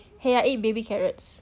!hey! I eat baby carrots